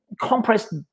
compressed